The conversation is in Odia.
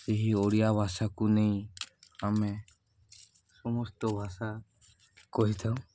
ଏହି ଓଡ଼ିଆ ଭାଷାକୁ ନେଇ ଆମେ ସମସ୍ତ ଭାଷା କହିଥାଉ